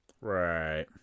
right